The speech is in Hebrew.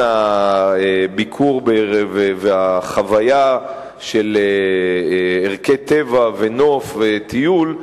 הביקור והחוויה של ערכי טבע ונוף וטיול,